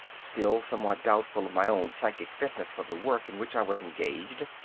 still somewhat doubtful of my own psychic fitness for the work in which i was engaged,